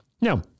Now